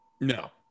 No